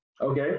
okay